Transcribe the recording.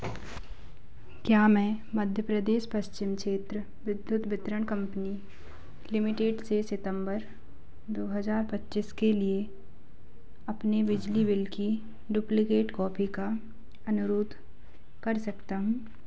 क्या मैं Madhya Pradesh Paschim Kshetra Vidyut Vitaran company limited से सितम्बर दो हज़ार पच्चीस के लिए अपने बिजली बिल की डुप्लिकेट कॉपी का अनुरोध कर सकता हूँ